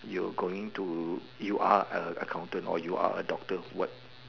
you're going to you are a accountant or you are a doctor what